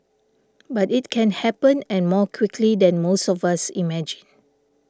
but it can happen and more quickly than most of us imagine